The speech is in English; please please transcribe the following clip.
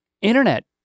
internet